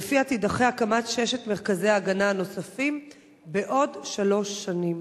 שלפיה תידחה הקמת ששת מרכזי ההגנה הנוספים עוד בשלוש שנים.